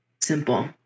Simple